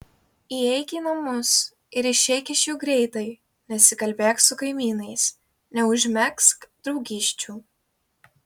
įeik į namus ir išeik iš jų greitai nesikalbėk su kaimynais neužmegzk draugysčių